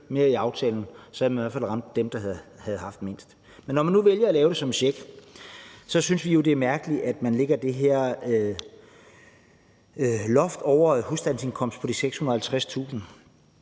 mere i aftalen, så havde man i hvert fald ramt dem, der har mindst. Men når man nu vælger at lave det som en check, synes vi jo, at det er mærkeligt, at man lægger det her loft over husstandsindkomsten på 650.000